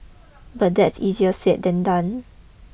but that's easier said than done